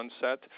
sunset